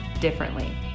differently